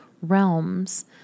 realms